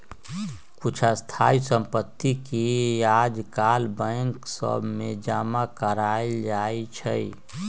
कुछ स्थाइ सम्पति के याजकाल बैंक सभ में जमा करायल जाइ छइ